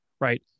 right